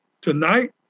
Tonight